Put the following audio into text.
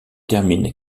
termine